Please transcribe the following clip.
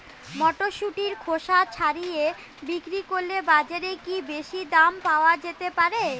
মটরশুটির খোসা ছাড়িয়ে বিক্রি করলে বাজারে কী বেশী দাম পাওয়া যেতে পারে?